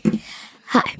Hi